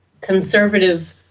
conservative